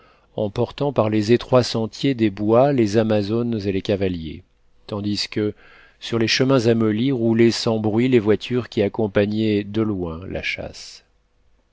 emportant par les étroits sentiers des bois les amazones et les cavaliers tandis que sur les chemins amollis roulaient sans bruit les voitures qui accompagnaient de loin la chasse